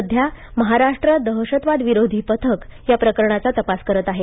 सध्या महाराष्ट्र दहशतवाद विरोधी पथक या प्रकरणाचा तपास करंत आहे